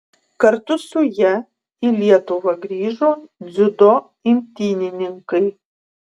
kartu su ja į lietuvą grįžo dziudo imtynininkai